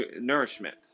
nourishment